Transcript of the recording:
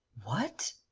what!